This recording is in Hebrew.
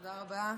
תודה רבה.